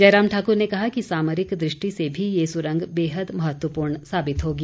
जयराम ठाकुर ने कहा कि सामरिक दृष्टि से भी ये सुरंग बेहद महत्वपूर्ण साबित होगी